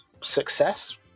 success